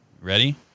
Ready